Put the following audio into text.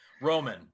Roman